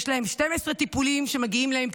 יש להם 12 טיפולים שמגיעים להם,